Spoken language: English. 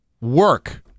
work